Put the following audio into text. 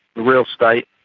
the real state,